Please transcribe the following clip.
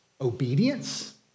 obedience